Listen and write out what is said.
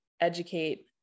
educate